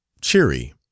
cheery